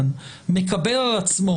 מקבל על עצמו